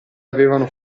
avevano